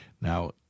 Now